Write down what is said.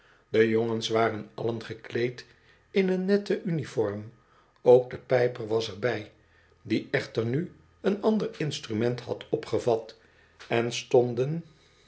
de jongens waren allen gekleed in een nette uniform ook de pijper was er bij die echter nu een ander instrument had opgevat en stonden